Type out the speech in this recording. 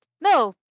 no